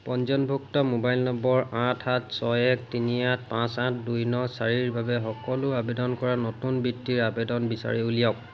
পঞ্জীয়নভুক্ত মোবাইল নম্বৰ আঠ সাত ছয় এক তিনি আঠ পাঁচ আঠ দুই ন চাৰিৰ বাবে সকলো আবেদন কৰা নতুন বৃত্তিৰ আবেদন বিচাৰি উলিয়াওক